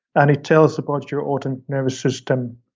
and it tells about your auto and nervous system,